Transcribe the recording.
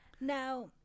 Now